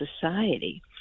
society